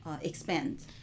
expand